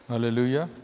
Hallelujah